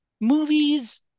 movies